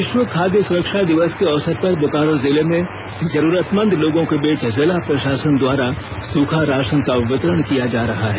विश्व खाद्य सुरक्षा दिवस के अवसर पर बोकारो जिले में जरूरतमंद लोगों के बीच जिला प्रशासन द्वारा सूखा राशन का वितरण किया जा रहा है